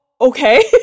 okay